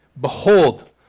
Behold